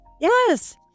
yes